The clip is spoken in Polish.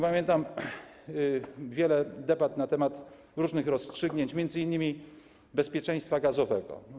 Pamiętam wiele debat na temat różnych rozstrzygnięć, m.in. w zakresie bezpieczeństwa gazowego.